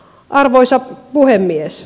arvoisa puhemies